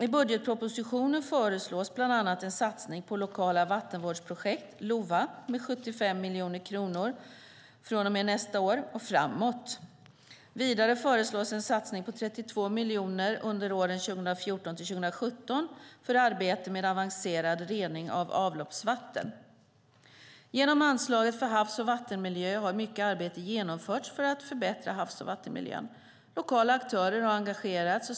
I budgetpropositionen föreslås bland annat en satsning på lokala vattenvårdsprojekt, LOVA, med 75 miljoner kronor från och med nästa år och framåt. Vidare föreslås en satsning på 32 miljoner kronor under åren 2014-2017 för arbete med avancerad rening av avloppsvatten. Genom anslaget för havs och vattenmiljö har mycket arbete genomförts för att förbättra havs och vattenmiljön. Lokala aktörer har engagerats.